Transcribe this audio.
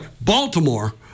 Baltimore